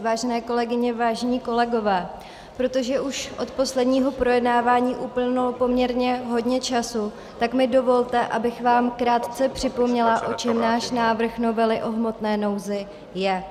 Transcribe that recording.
Vážené kolegyně, vážení kolegové, protože už od posledního projednávání uplynulo poměrně hodně času, tak mi dovolte, abych vám krátce připomněla, o čem náš návrh novely o hmotné nouzi je.